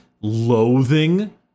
loathing